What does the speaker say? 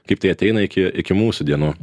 kaip tai ateina iki iki mūsų dienų